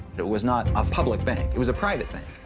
it was not a public bank. it was a private bank.